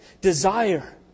desire